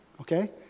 okay